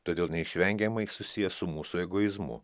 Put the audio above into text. todėl neišvengiamai susiję su mūsų egoizmu